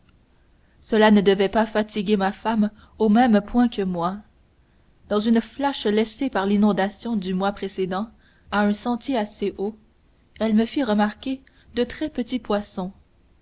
cela ne devait pas fatiguer ma femme au même point que moi dans une flache laissée par l'inondation du mois précédent à un sentier assez haut elle me fit remarquer de très petits poissons